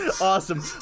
Awesome